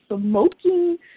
smoking